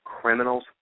criminals